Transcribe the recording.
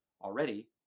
already